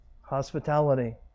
hospitality